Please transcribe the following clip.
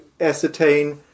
ascertain